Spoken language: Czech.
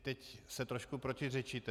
Teď si trošku protiřečíte.